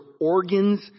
organs